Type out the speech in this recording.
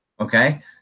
Okay